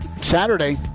Saturday